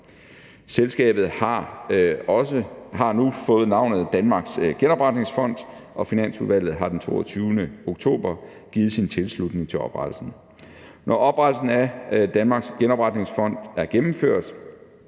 Selskabet har nu fået navnet Danmarks Genopretningsfond, og Finansudvalget har den 22. oktober givet sin tilslutning til oprettelsen. Når oprettelsen af Danmarks Genopretningsfond er gennemført,